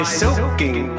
soaking